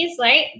right